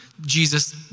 Jesus